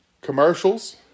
commercials